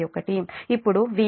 ఇప్పుడు VR |VR |∟00